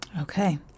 Okay